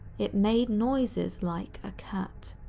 it made noises like a cat.